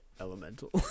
Elemental